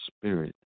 spirit